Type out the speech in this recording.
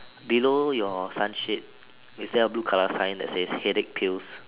below your sunshade is there a blue color sign that says headache pills